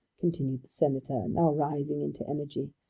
continued the senator, now rising into energy,